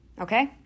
Okay